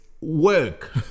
work